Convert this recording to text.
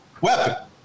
weapon